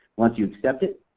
once you accept it,